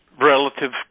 Relative